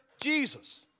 Jesus